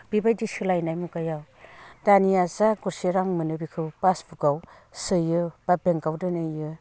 बेबायदि सोलायनाय मुगायाव दानिया जा गरसे रां मोनो बेखौबो पासबुकाव सोयो बा बेंकआव दोनहैयो